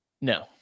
no